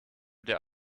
der